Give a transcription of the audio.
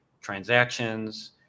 transactions